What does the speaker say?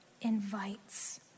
invites